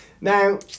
Now